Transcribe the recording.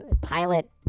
pilot